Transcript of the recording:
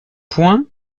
points